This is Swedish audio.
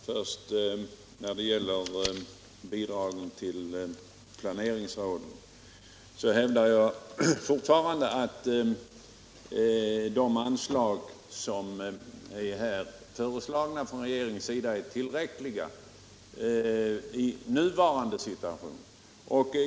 Herr talman! Vad först gäller bidragen till planeringsråden hävdar jag fortfarande att de anslag som är föreslagna av regeringen är tillräckliga i nuvarande situation.